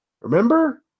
remember